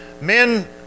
Men